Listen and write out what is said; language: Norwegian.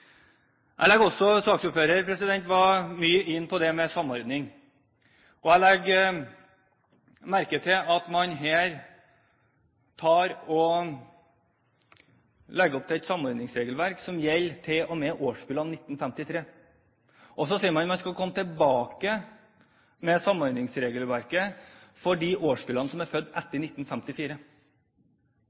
jeg legger merke til at man her legger opp til et samordningsregelverk som gjelder til og med årskullet 1953. Og så sier man at man skal komme tilbake med samordningsregelverket for de årskullene som er født etter 1954.